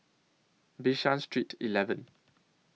Bishan Street eleven